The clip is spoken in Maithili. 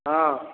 हँ